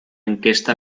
enquesta